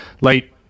late